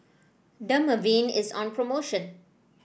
Dermaveen is on promotion